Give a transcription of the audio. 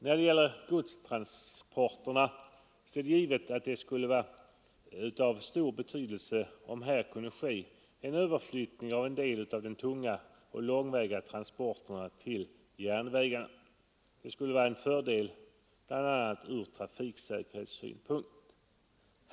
När det gäller godstransporterna skulle det givet vara av stor betydelse om det kunde ske en överflyttning av en del av de tunga och långväga transporterna till järnväg. Det skulle vara en fördel bl.a. ur trafiksäkerhetssynpunkt.